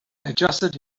adjusted